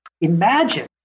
Imagine